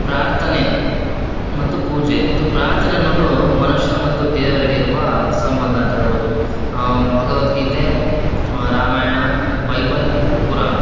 ಪ್ರಾರ್ಥನೆ ಮತ್ತು ಪೂಜೆ ಇದು ಪ್ರಾರ್ಥನೆ ಅನ್ನೋದು ಮನುಷ್ಯ ಮತ್ತು ದೇವರಿಗಿರುವ ಸಂಬಂಧ ಅಂತ ಹೇಳ್ಬೋದು ಭಗವದ್ಗೀತೆ ರಾಮಾಯಣ ಬೈಬಲ್ ಕುರಾನ್